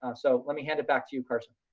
and so let me hand it back to you, carson.